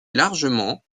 largement